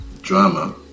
drama